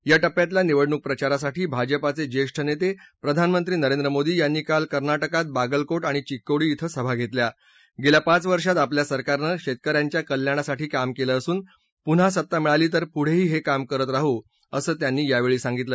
या टप्प्यातल्या निवडणूक प्रचारासाठी भाजपाचे ज्येष्ठ नेते प्रधानमंत्री नरेंद्र मोदी यांनी काल कर्नाटकात बागलकोट आणि चिक्कोडी ध्वं सभा घेतल्या गेल्या पाच वर्षात आपल्या सरकारनं शेतकऱ्यांच्या कल्याणासाठी काम केलं असून पुन्हा सत्ता मिळाली तर पुढंही हे काम करत राहू असं त्यांनी यावेळी सांगितलं